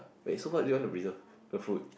wait so what do you want to preserve the food